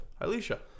Alicia